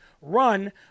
run